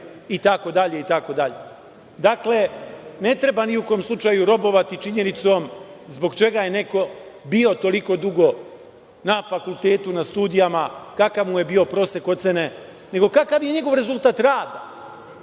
itd. itd. Dakle, ne treba ni u kom slučaju robovati činjenicom zbog čega je neko bio toliko dugo na fakultetu, na studijama, kakav mu je bio prosek ocene, nego kakav je njegov rezultat rada,